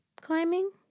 climbing